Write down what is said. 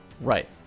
Right